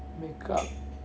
makeup